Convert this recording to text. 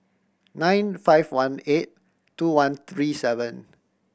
nine five one eight two one three seven